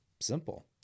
Simple